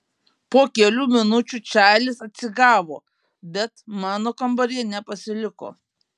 po kelių minučių čarlis atsigavo bet mano kambaryje nepasiliko